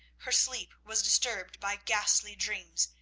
her sleep was disturbed by ghastly dreams,